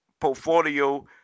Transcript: Portfolio